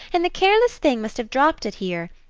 and the careless thing must have dropped it here.